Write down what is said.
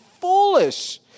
foolish